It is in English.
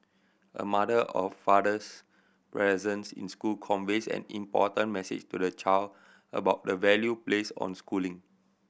a mother or father's presence in school conveys an important message to the child about the value placed on schooling